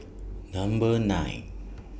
Number nine